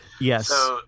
Yes